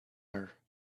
her